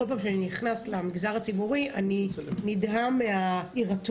כל פעם שאני נכנס למגזר הציבורי אני נדהם מההירתמות,